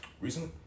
Recently